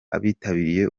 abitabiriye